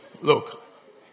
Look